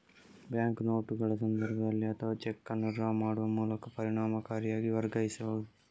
bank ನೋಟುಗಳ ಸಂದರ್ಭದಲ್ಲಿ ಅಥವಾ ಚೆಕ್ ಅನ್ನು ಡ್ರಾ ಮಾಡುವ ಮೂಲಕ ಪರಿಣಾಮಕಾರಿಯಾಗಿ ವರ್ಗಾಯಿಸಬಹುದು